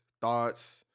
thoughts